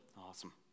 Awesome